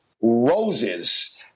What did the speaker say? Roses